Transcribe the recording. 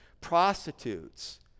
prostitutes